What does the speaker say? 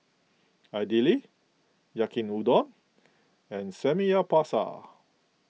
Idili Yaki Udon and Samgyeopsal